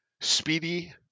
Speedy